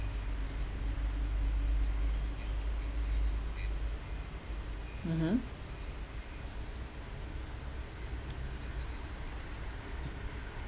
mmhmm